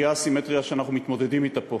היא האסימטריה שאנחנו מתמודדים אתה פה,